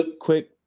Quick